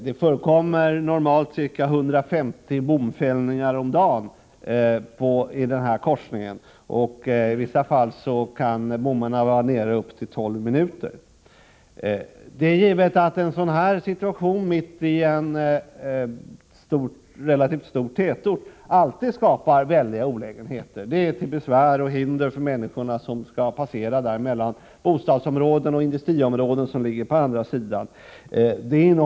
Det förekommer normalt ca 150 bomfällningar om dagen i korsningen, och i vissa fall kan bommarna vara nere upp till 12 minuter. Det är givet att en sådan situation, mitt i en relativt stor tätort, alltid skapar stora olägenheter. Den innebär besvär och hinder för de människor som skall passera mellan bostadsområden och industriområden, som ligger på olika sidor om järnvägen.